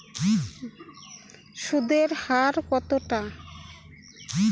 সুদের হার কতটা?